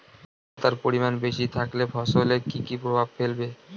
আদ্রর্তার পরিমান বেশি থাকলে ফসলে কি কি প্রভাব ফেলবে?